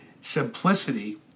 simplicity